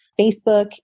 Facebook